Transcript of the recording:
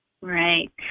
Right